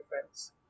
friends